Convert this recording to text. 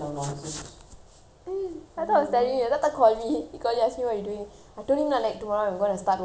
I thought I was telling you தாத்தா:thatha call me he call me ask me what you doing I told him like tomorrow I'm going to start work then he suddenly like okay good lah good lah